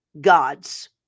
gods